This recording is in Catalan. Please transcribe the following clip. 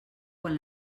quan